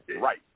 right